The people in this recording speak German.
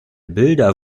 bilder